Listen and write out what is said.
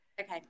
Okay